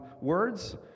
words